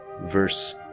Verse